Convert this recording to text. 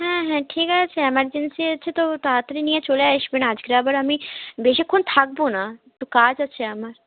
হ্যাঁ হ্যাঁ ঠিক আছে ইমার্জেন্সি আছে তো তাড়াতাড়ি নিয়ে চলে আসবেন আজকে আবার আমি বেশিক্ষণ থাকব না একটু কাজ আছে আমার